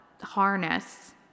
harness